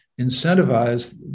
incentivize